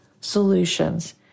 solutions